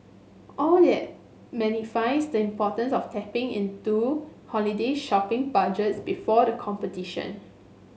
all that magnifies the importance of tapping into holiday shopping budgets before the competition